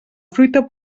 fruita